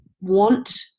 want